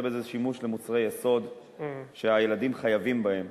בזה שימוש למוצרי יסוד שהילדים חייבים בהם,